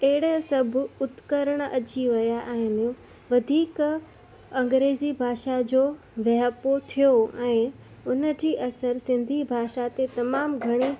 अहिड़ा सभु उपकरण अची विया आहिनि वधीक अंग्रेज़ी भाषा जो वाहिपो थियो ऐं उनजी असर सिंधी भाषा ते तमामु घणी